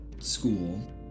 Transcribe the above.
school